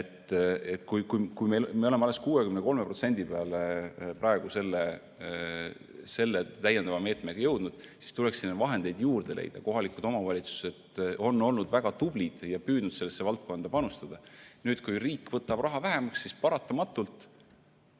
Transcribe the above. Kui me oleme alles 63% peale selle täiendava meetmega jõudnud, siis tuleks sinna vahendeid juurde leida. Kohalikud omavalitsused on olnud väga tublid ja püüdnud sellesse valdkonda panustada. Kui riik võtab raha vähemaks, siis paratamatult